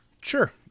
Sure